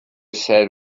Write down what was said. said